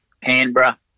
Canberra